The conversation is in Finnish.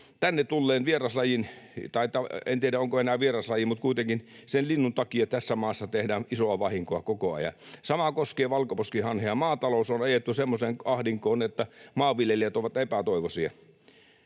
Tänne tulleen vieraslajin takia, tai en tiedä onko enää vieraslaji, mutta kuitenkin sen linnun takia tässä maassa tehdään isoa vahinkoa koko ajan. Sama koskee valkoposkihanhia. Maatalous on ajettu semmoiseen ahdinkoon, että maanviljelijät ovat epätoivoisia.